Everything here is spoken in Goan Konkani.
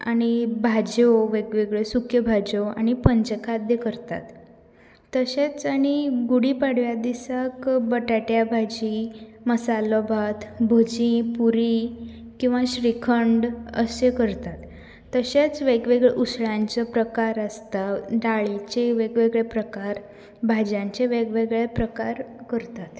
आनी भाजयो वेगळ्यो वेगळ्यो सुक्यो भाजयो आनी पंच खाद्य करतात तशेंच आनी गुडिपाडव्या दिसाक बटाट्या भाजी मसालो भात भजी पूरी किंवा श्रीखंड अशें करतात तशेंच वेग वेगळ्या उसळ्यांचो प्रकार आसता डाळीचे वेग वेगळे प्रकार भाजयांचे वेग वेगळे प्रकार करतात